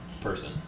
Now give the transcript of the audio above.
person